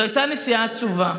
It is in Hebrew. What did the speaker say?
זו הייתה נסיעה עצובה.